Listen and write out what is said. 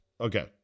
Okay